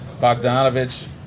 Bogdanovich